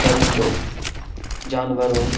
پرندوں جانوروں